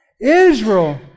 Israel